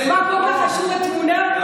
מה, כל כך חשובה התמונה?